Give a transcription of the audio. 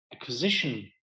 acquisition